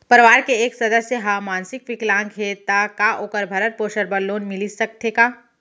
परवार के एक सदस्य हा मानसिक विकलांग हे त का वोकर भरण पोषण बर लोन मिलिस सकथे का?